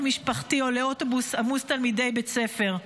משפחתי או לאוטובוס עמוס תלמידי בית ספר.